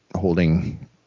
holding